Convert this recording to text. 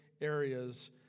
areas